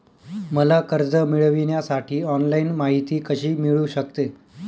मला कर्ज मिळविण्यासाठी ऑनलाइन माहिती कशी मिळू शकते?